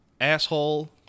asshole